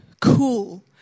cool